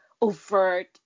overt